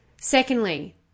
Secondly